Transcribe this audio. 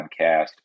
podcast